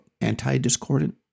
anti-discordant